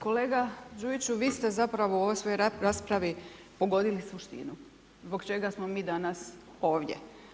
Kolega Đujiću vi ste zapravo u ovoj svojoj raspravi pogodili suštinu, zbog čega smo mi danas ovdje.